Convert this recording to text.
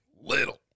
little